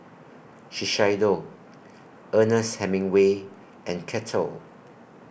Shiseido Ernest Hemingway and Kettle